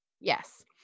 yes